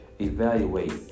evaluate